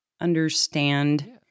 understand